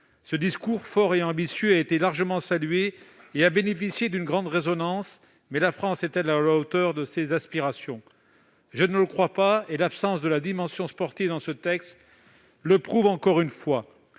Ce discours fort et ambitieux a été largement salué et a bénéficié d'une grande résonnance, mais la France est-elle à la hauteur de ses aspirations ? Je ne le pense pas, et l'absence de la dimension sportive dans ce texte le prouve encore une fois.